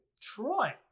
Troy